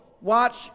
watch